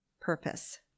purpose